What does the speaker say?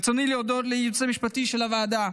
ברצוני להודות לייעוץ המשפטי של הוועדה,